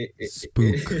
Spook